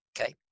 okay